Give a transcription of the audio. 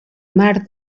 mar